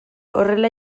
horrela